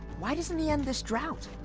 why doesn't he end this drought?